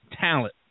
talent